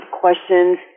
questions